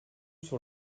sur